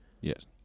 Yes